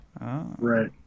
Right